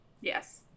Yes